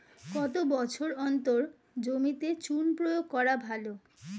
কত বছর অন্তর জমিতে চুন প্রয়োগ করা ভালো?